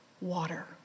water